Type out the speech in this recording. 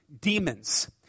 Demons